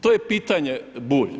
To je pitanje, Bulj.